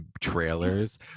trailers